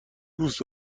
دوست